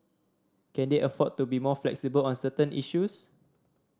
can they afford to be more flexible on certain issues